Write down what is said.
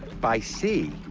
by sea,